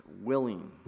willing